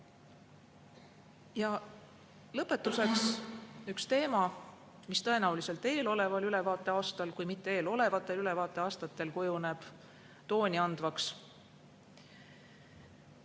Lõpetuseks teema, mis tõenäoliselt eeloleval ülevaateaastal, kui mitte eelolevatel ülevaateaastatel, hakkab tooni andma.